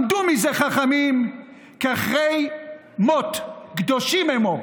למדו מזה חכמים כי אחרי מות קדושים אמור.